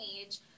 age